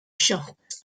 shocks